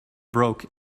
broke